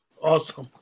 awesome